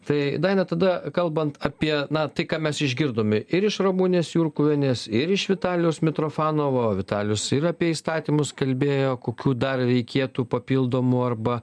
tai daina tada kalbant apie na tai ką mes išgirdome ir iš ramunės jurkuvienės ir iš vitalijaus mitrofanovo vitalijus ir apie įstatymus kalbėjo kokių dar reikėtų papildomų arba